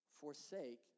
Forsake